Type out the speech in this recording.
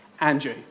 Andrew